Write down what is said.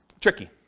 tricky